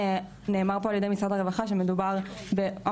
נאמר פה על ידי משרד הרווחה שמדובר בעמותות,